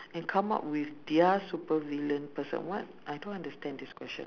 and come out with their super villain person what I don't understand this questio~